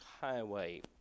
Highway